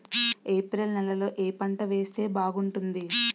April నెలలో ఏ పంట వేస్తే బాగుంటుంది?